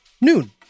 noon